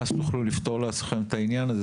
ואז תוכלו לפתור לעצמכם את העניין הזה.